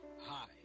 Hi